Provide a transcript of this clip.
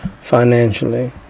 financially